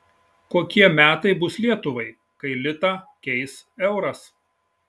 kokie metai bus lietuvai kai litą keis euras